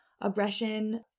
aggression